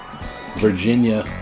Virginia